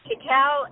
Cacao